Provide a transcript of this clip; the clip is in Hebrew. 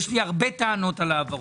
יש לי הרבה טענות על ההעברות.